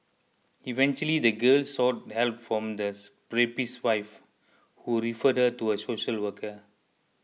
eventually the girl sought help from this rapist's wife who referred her to a social worker